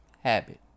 habit